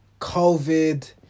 Covid